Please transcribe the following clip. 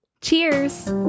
Cheers